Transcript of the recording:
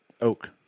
oak